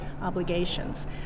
obligations